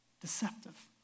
deceptive